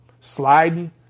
sliding